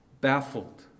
baffled